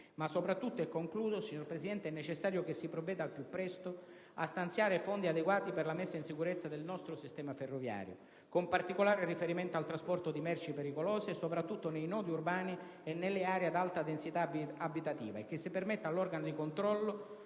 Ma soprattutto è necessario - signor Presidente, in conclusione - che si provveda al più presto a stanziare fondi adeguati per la messa in sicurezza del nostro sistema ferroviario, con particolare riferimento al trasporto di merci pericolose soprattutto nei nodi urbani e nelle aree ad alta densità abitativa, e che si permetta all'organo di controllo